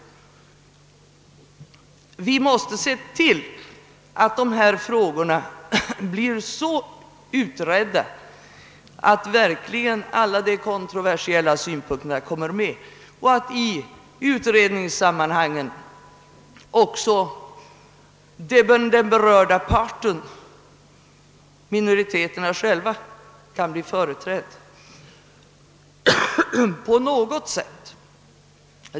I utredningssammanhangen måste såväl alla kontroversiella spörsmål penetreras som också de berörda minoriteterna själva bli företrädda.